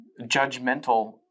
judgmental